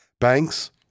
Banks